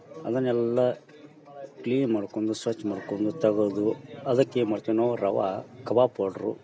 ಅದನ್ನೆಲ್ಲ ಕ್ಲೀನ್ ಮಾಡ್ಕೊಂದು ಸ್ವಚ್ಛ ಮಾಡ್ಕೊಂಡು ತಗದು ಅದಕ್ಕೆ ಏನ್ಮಾಡ್ತವಿ ನಾವು ರವಾ ಕಬಾಬು ಪೌಡ್ರು